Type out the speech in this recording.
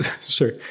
Sure